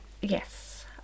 Yes